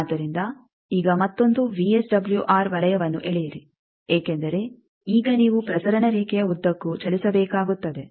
ಆದ್ದರಿಂದ ಈಗ ಮತ್ತೊಂದು ವಿಎಸ್ಡಬ್ಲ್ಯೂಆರ್ ವಲಯವನ್ನು ಎಳೆಯಿರಿ ಏಕೆಂದರೆ ಈಗ ನೀವು ಪ್ರಸರಣ ರೇಖೆಯ ಉದ್ದಕ್ಕೂ ಚಲಿಸಬೇಕಾಗುತ್ತದೆ